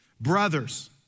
Brothers